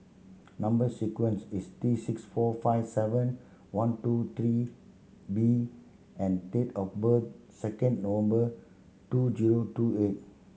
number sequence is T six four five seven one two three B and date of birth second November two zero two eight